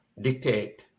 dictate